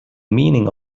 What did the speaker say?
meaning